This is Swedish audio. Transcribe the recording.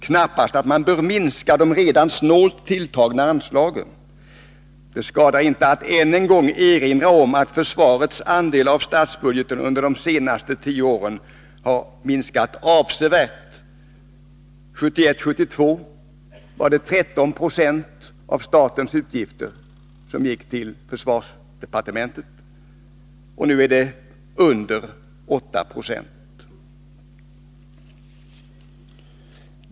Knappast att man bör minska de redan snålt tilltagna anslagen. Det skadar inte att än en gång erinra om att försvarets andel av statsbudgeten under de senaste tio åren har minskat avsevärt. Budgetåret 1971/72 var det 13 20 av statens utgifter som gick till försvarsdepartementet och nu är det mindre än 8 9.